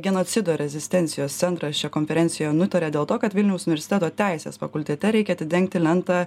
genocido rezistencijos centras čia konferencijoje nutarė dėl to kad vilniaus universiteto teisės fakultete reikia atidengti lentą